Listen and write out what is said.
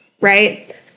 right